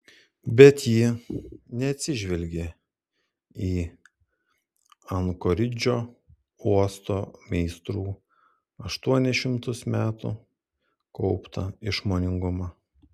bet ji neatsižvelgė į ankoridžo uosto meistrų aštuonis šimtus metų kauptą išmoningumą